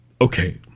Okay